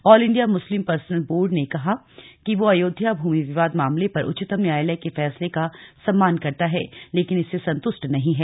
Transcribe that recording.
all India Muslim personal law board ने कहा है कि वो अयोध्या भूमि विवाद मामले पर उच्चतम न्यायालय के फैसले का सम्मान करता है लेकिन इससे संतुष्ट नहीं है